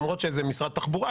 למרות שזה משרד התחבורה,